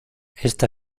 esta